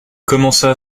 commença